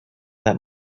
that